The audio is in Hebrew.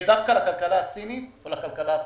יהיה דווקא לכלכלה הסינית או לכלכלה התורכית.